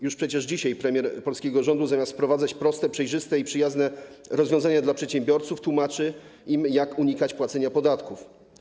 Już przecież dzisiaj premier polskiego rządu, zamiast wprowadzać proste, przejrzyste i przyjazne rozwiązania dla przedsiębiorców, tłumaczy im, jak unikać płacenia podatków.